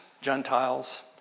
Gentiles